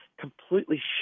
completely